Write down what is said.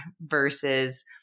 versus